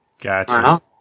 Gotcha